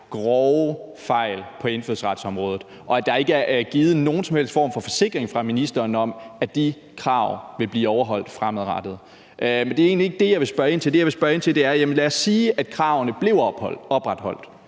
grove fejl på indfødsretsområdet, og at der ikke er givet nogen som helst form for forsikring fra ministeren om, at de krav vil blive overholdt fremadrettet. Men det er egentlig ikke det, jeg vil spørge ind til. Det, jeg vil spørge ind til, er: Lad os sige, at kravene blev opretholdt,